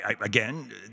again